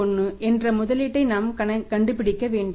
31 என்ற முதலீட்டை நாம் கண்டுபிடிக்க வேண்டும்